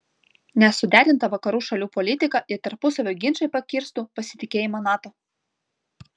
nesuderinta vakarų šalių politika ir tarpusavio ginčai pakirstų pasitikėjimą nato